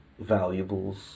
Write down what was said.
valuables